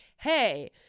hey